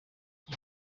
uyu